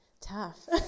tough